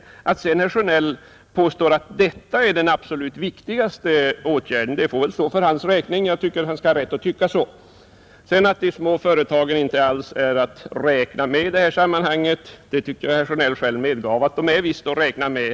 Herr Sjönells påstående att detta är den absolut viktigaste åtgärden får stå för hans egen räkning. Jag tycker att han skall ha rätt att tycka så. Vidare sade herr Sjönell att de små företagen inte är att räkna med i detta sammanhang, men jag tyckte att herr Sjönell själv medgav att de är att räkna med.